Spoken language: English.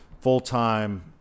full-time